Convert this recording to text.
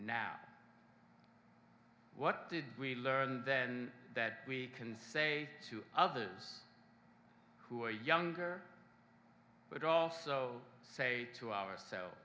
now what did we learn then that we can say to others who are younger but i also say to ours